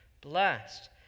blessed